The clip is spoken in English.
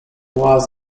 was